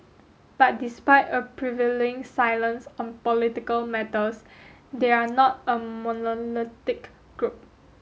but despite a prevailing silence on political matters they are not a monolithic group